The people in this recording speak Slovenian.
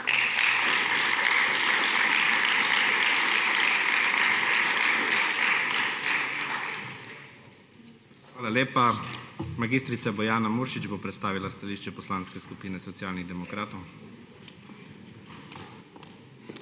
Hvala lepa. Mag. Bojana Muršič bo predstavila stališče Poslanske skupine Socialnih demokratov. MAG.